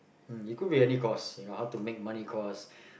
um it could be any course you know how to make money course